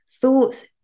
thoughts